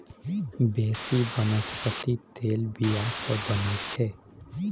बेसी बनस्पति तेल बीया सँ बनै छै